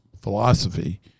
philosophy